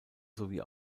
sowie